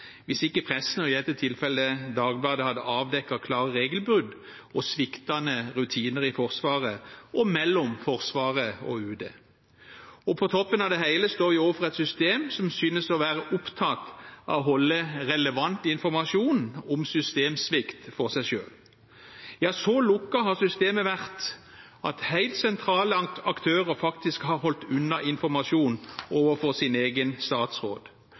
hvis ikke pressen, og i dette tilfellet Dagbladet, hadde avdekket klare regelbrudd og sviktende rutiner i Forsvaret og mellom Forsvaret og Utenriksdepartementet. Og på toppen av det hele står vi overfor et system som synes å være opptatt av å holde relevant informasjon om systemsvikt for seg selv. Så lukket har systemet vært at helt sentrale aktører faktisk har holdt unna informasjon overfor sin egen statsråd.